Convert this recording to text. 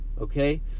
okay